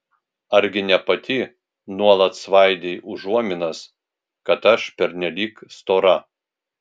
argi ne pati nuolat svaidei užuominas kad aš pernelyg stora